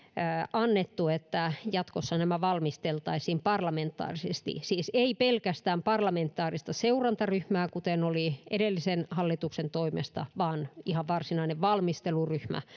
annettu että jatkossa nämä valmisteltaisiin parlamentaarisesti siis ei olisi pelkästään parlamentaarista seurantaryhmää kuten oli edellisen hallituksen toimesta vaan ihan varsinainen valmisteluryhmä